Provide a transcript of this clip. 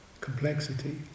complexity